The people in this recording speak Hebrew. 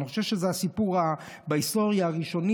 אני חושב שזה הסיפור הראשון בהיסטוריה שמכניסים